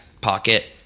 pocket